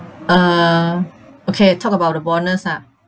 uh okay talk about the bonus ah